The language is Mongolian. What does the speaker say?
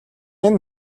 энэ